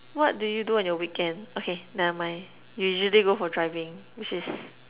what do you do on your weekend okay never mind you usually go for driving which is